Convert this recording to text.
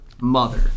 mother